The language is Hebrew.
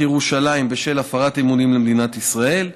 ירושלים בשל הפרת אמונים למדינת ישראל,